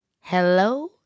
Hello